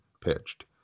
pitched